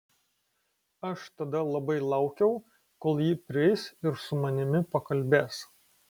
aš tada labai laukiau kol ji prieis ir su manimi pakalbės